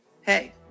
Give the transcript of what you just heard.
hey